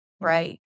right